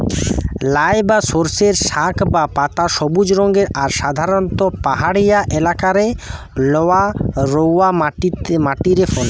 লাই বা সর্ষের শাক বা পাতা সবুজ রঙের আর সাধারণত পাহাড়িয়া এলাকারে লহা রওয়া মাটিরে ফলে